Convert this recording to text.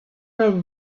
will